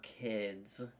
kids